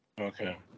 Okay